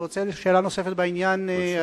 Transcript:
אני רוצה לשאול שאלה נוספת בעניין הזה.